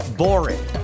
boring